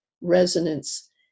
resonance